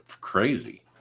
crazy